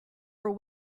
are